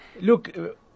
Look